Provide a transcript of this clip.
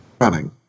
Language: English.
running